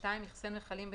איחסן מכלים,